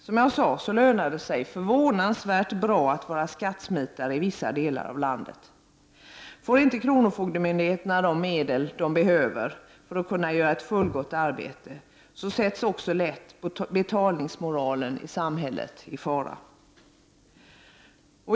Det lönar sig som jag sade förvånansvärt bra att vara skattesmitare i vissa delar av landet. Om kronofogdemyndigheterna inte får de medel de behöver för att kunna göra ett fullgott arbete kommer också betalningsmoralen i samhället lätt i fara.